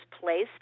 placed